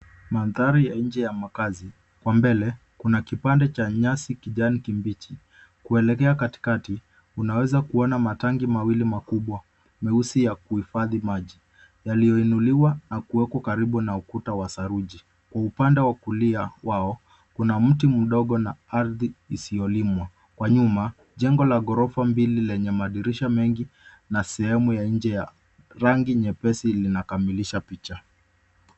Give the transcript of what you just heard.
Mandhari ya nje ya makazi. Kwa mbele, kuna kipande cha nyasi kijani kibichi. Kuelekea katikati, unaweza kuona matangi mawili makubwa meusi ya kuhifadhi maji, yaliyoinuliwa na kuekwa karibu na ukuta wa saruji. Kwa upande wa kulia wao, kuna mti mdogo na ardhi isiyolimwa. Kwa nyuma, jengo la ghorofa mbili lenye madirisha mengi na sehemu ya nje Ya rangi nyepesi linakamilisha picha.